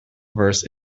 verse